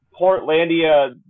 Portlandia